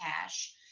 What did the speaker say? cash